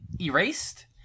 Erased